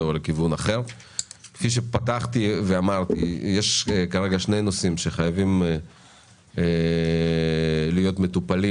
יש כרגע שני נושאים שחייבים להיות מטופלים